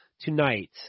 Tonight